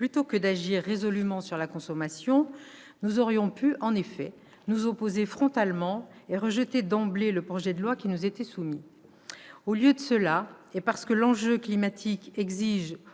plutôt que d'agir résolument sur la consommation, nous aurions pu, en effet, nous opposer frontalement et rejeter d'emblée le projet de loi qui nous était soumis. Au lieu de cela, et parce que l'enjeu climatique exige,